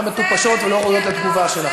אני מבקש שתביא להצבעה.